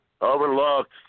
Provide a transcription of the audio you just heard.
overlooked